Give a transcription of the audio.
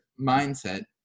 mindset